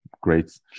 great